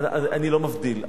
אני לא מבדיל,